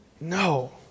No